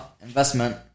Investment